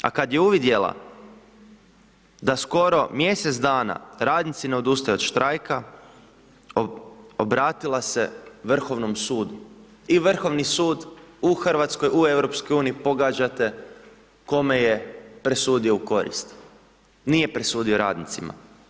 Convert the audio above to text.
A kada je uvidjela da skoro mjesec dana radnici ne odustaju od štrajka, obratila se Vrhovnom sudu i Vrhovni sud u Hrvatskoj, u EU, pogađate, kome je presudio u korist, nije presudio radnicima.